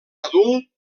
adult